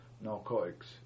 narcotics